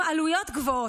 עם עלויות גבוהות,